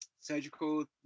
surgical